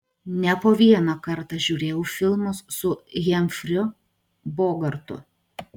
ne po vieną kartą žiūrėjau filmus su hemfriu bogartu